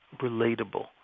relatable